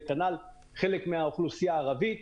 וכנ"ל חלק מהאוכלוסייה ערבית.